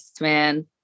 man